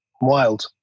wild